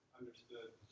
understood